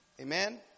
amen